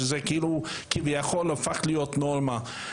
שזה כביכול הפך להיות נורמה.